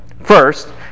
First